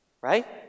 Right